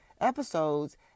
episodes